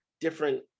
different